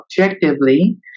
objectively